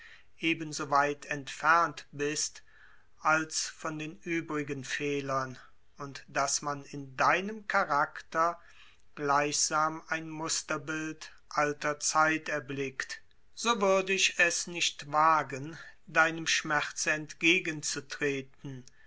weit entfernt bist als von den übrigen fehlern und daß man in deinem charakter gleichsam ein musterbild alter zeit erblickt so würde ich es nicht wagen deinem schmerze entgegen